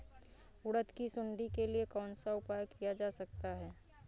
उड़द की सुंडी के लिए कौन सा उपाय किया जा सकता है?